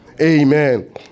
Amen